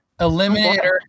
Eliminator